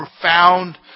profound